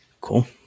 Cool